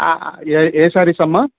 ఏ ఏ సారీస్ అమ్మ